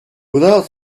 without